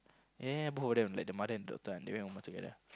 ya ya ya both of them like the mother and daughter they went umrah together